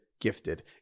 gifted